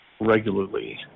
regularly